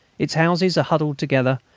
its houses are huddled together,